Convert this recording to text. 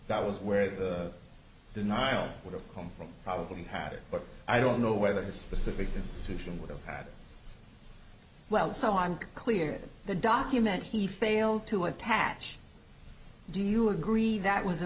that was where the denial would have come from probably had it but i don't know whether the specific institution would have had well so i'm clear the document he failed to attach do you agree that was a